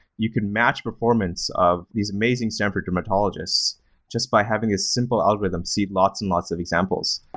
you could match performance of these amazing stanford dermatologists just by having a simple algorithms see lots and lots of examples.